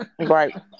right